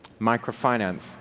Microfinance